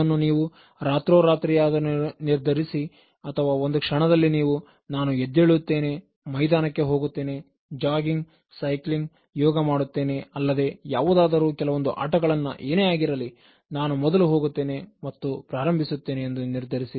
ಇದನ್ನು ನೀವು ರಾತ್ರೋರಾತ್ರಿ ಯಾದರೂ ನಿರ್ಧರಿಸಿ ಅಥವಾ ಒಂದು ಕ್ಷಣದಲ್ಲಿ ನೀವು ನಾನು ಎದ್ದೇಳು ತ್ತೇನೆ ಮೈದಾನಕ್ಕೆ ಹೋಗುತ್ತೇನೆಜಾಗಿಂಗ್ ಸೈಕ್ಲಿಂಗ್ ಯೋಗ ಮಾಡುತ್ತೇನೆ ಅಲ್ಲದೆ ಯಾವುದಾದರೂ ಕೆಲವೊಂದು ಆಟಗಳನ್ನು ಏನೇ ಆಗಿರಲಿ ನಾನು ಮೊದಲು ಹೋಗುತ್ತೇನೆ ಮತ್ತು ಪ್ರಾರಂಭಿಸುತ್ತೇನೆ ಎಂದು ನಿರ್ಧರಿಸಿ